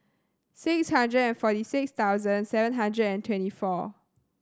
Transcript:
six hundred and forty six thousand seven hundred and twenty four